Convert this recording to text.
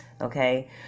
Okay